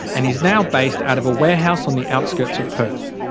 and is now based out of a warehouse on the outskirts of perth.